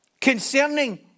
Concerning